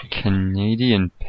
Canadian